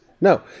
No